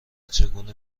چگونه